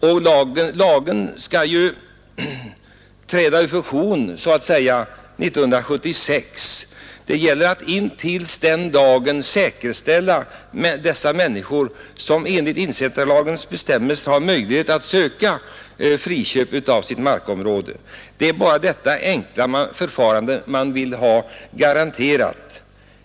Lagen skall ju upphöra 1976. Det gäller att till den dagen säkerställa dessa människor som enligt ensittarlagens bestämmelser har möjlighet att söka friköp av sitt markområde. Det är bara detta enkla förfarande man vill ha garanterat.